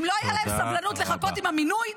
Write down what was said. אם לא היה להם סבלנות לחכות עם המינוי,